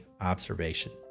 observation